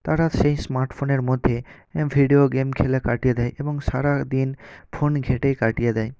তারা সেই স্মার্টফোনের মধ্যে ভিডিও গেম খেলে কাটিয়ে দেয় এবং সারাদিন ফোন ঘেঁটে কাটিয়ে দেয়